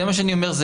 זה מה שאני אומר.